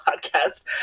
podcast